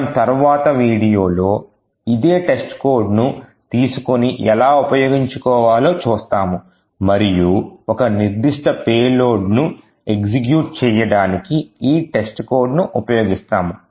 మనం తరువాత వీడియోలో ఇదే testcodeను తీసుకొని ఎలా ఉపయోగించుకోవాలో చూస్తాము మరియు ఒక నిర్దిష్ట పేలోడ్ను ఎగ్జిక్యూట్ చేయడానికి ఈ testcodeను ఉపయోగిస్తాము